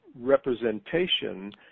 representation